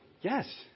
Yes